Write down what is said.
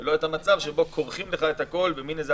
ולא את המצב שבו כורכים את הכול במין איזו